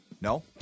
No